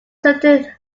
certain